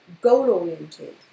goal-oriented